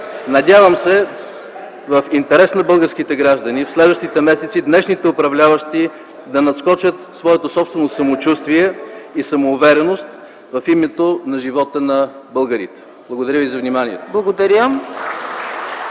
Надявам се в интерес на българските граждани в следващите месеци днешните управляващи да надскочат своето собствено самочувствие и самоувереност в името на живота на българите. Благодаря ви за вниманието.